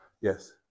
Yes